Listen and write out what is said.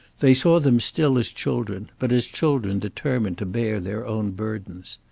they saw them still as children, but as children determined to bear their own burdens.